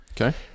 Okay